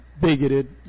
bigoted